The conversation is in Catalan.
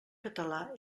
català